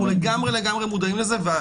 אנחנו מודעים לזה לגמרי,